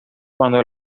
cuando